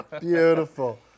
Beautiful